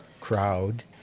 crowd